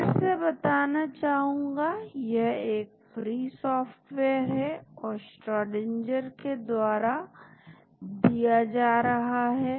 फिर से बताना चाहूंगा यह एक फ्री सॉफ्टवेयर है और श्रोडिंगर के द्वारा दिया जा रहा है